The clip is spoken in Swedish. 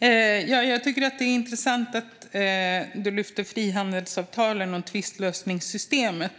Fru talman! Jag tycker att det är intressant att Anna Hallberg lyfter fram frihandelsavtalen och tvistlösningssystemet.